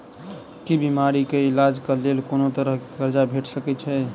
की बीमारी कऽ इलाज कऽ लेल कोनो तरह कऽ कर्जा भेट सकय छई?